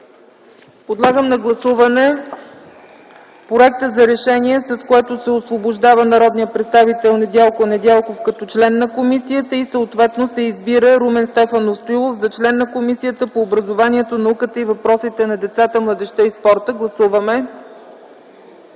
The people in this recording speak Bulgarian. Подлагам на гласуване проекта за решение, с което се освобождава народният представител Недялко Недялков като член на комисията, и съответно се избира Румен Стефанов Стоилов за член на Комисията по образованието, науката и въпросите на децата, младежта и спорта. Гласували